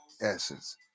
Essence